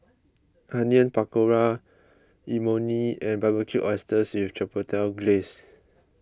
Onion Pakora Imoni and Barbecued Oysters with Chipotle Glaze